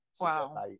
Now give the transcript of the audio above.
Wow